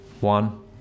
One